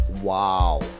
Wow